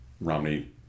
Romney